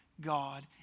God